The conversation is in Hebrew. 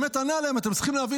הוא באמת ענה להם: אתם צריכים להבין,